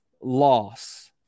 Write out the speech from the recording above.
loss